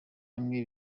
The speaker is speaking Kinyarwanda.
hamwe